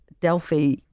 Delphi